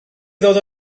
ddod